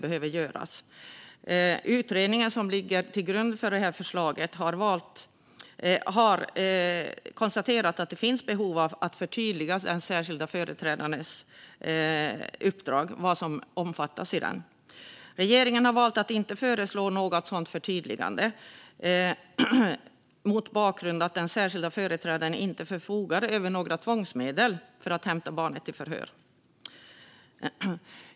Den utredning som ligger till grund för detta förslag har konstaterat att det finns behov av att förtydliga den särskilda företrädarens uppdrag och vad detta omfattar. Regeringen har valt att inte föreslå något sådant förtydligande, mot bakgrund av att den särskilda företrädaren inte förfogar över några tvångsmedel när det gäller att hämta barn till förhör.